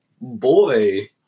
boy